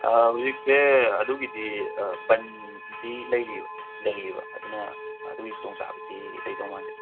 ꯍꯨꯖꯤꯛꯁꯦ ꯑꯗꯨꯒꯤꯗꯤ ꯕꯟꯗꯤ ꯂꯩꯔꯤꯕ ꯂꯩꯔꯤꯕ ꯑꯗꯨꯅ ꯑꯗꯨꯒꯤ ꯈꯨꯗꯣꯡꯆꯥꯕꯗꯤ ꯂꯩꯗꯧ ꯃꯥꯟꯗꯦ